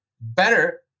better